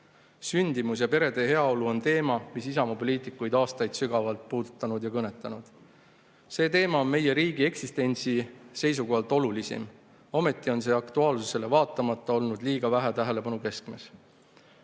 000.Sündimus ja perede heaolu on teema, mis on Isamaa poliitikuid aastaid sügavalt puudutanud ja kõnetanud. See teema on meie riigi eksistentsi seisukohalt olulisim. Ometi on see aktuaalsusele vaatamata olnud liiga vähe tähelepanu keskmes. Esimesed